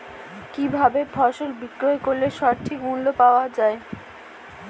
কি ভাবে ফসল বিক্রয় করলে সঠিক মূল্য পাওয়া য়ায়?